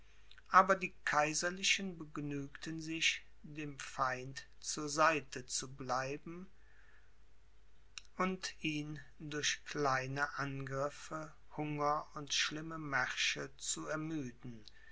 aber die kaiserlichen begnügten sich dem feind zur seite zu bleibe und ihn durch kleine angriffe hunger und schlimme märsche zu ermüden